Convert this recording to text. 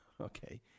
Okay